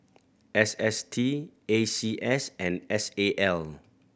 S S T A C S and S A L